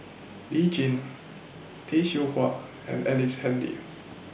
Lee Tjin Tay Seow Huah and Ellice Handy